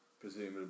presumably